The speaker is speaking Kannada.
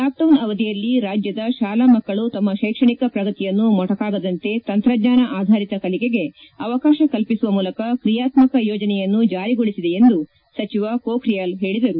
ಲಾಕ್ಡೌನ್ ಅವಧಿಯಲ್ಲಿ ರಾಜ್ಯದ ಶಾಲಾ ಮಕ್ಕಳು ತಮ್ಮ ಶೈಕ್ಷಣಿಕ ಪ್ರಗತಿಯನ್ನು ಮೊಟಾಕಾಗದಂತೆ ತಂತ್ರಜ್ಞಾನ ಆಧಾರಿತ ಕಲಿಕೆಗೆ ಅವಕಾಶ ಕಲ್ಪಿಸುವ ಮೂಲಕ ಕ್ರಿಯಾತ್ಮಕ ಯೋಜನೆಯನ್ನು ಜಾರಿಗೊಳಿಸಿದೆ ಎಂದು ಸಚಿವ ಪೋಖ್ರಿಯಾಲ್ ಹೇಳಿದರು